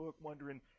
wondering